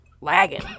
lagging